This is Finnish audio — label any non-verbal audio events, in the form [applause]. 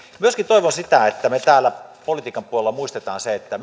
myöskin toivon sitä että me täällä politiikan puolella muistamme sen että [unintelligible]